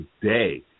today